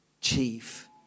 chief